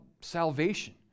salvation